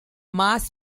mass